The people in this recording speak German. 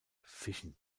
fischen